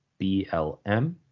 BLM